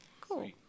Cool